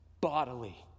bodily